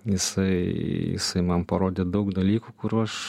jisai jisai man parodė daug dalykų kurių aš